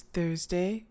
Thursday